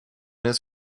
his